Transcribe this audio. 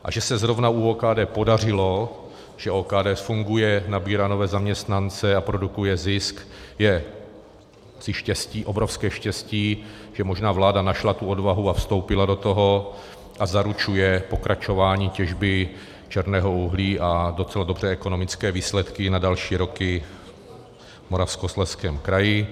A že se zrovna u OKD podařilo, že OKD funguje, nabírá nové zaměstnance a produkuje zisk, je obrovské štěstí, že možná vláda našla tu odvahu, vstoupila do toho a zaručuje pokračování těžby černého uhlí a docela dobré ekonomické výsledky na další roky v Moravskoslezském kraji.